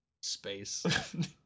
space